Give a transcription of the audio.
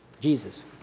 Jesus